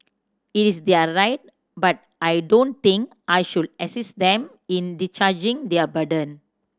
it is their right but I don't think I should assist them in discharging their burden